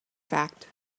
fact